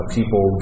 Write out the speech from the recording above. people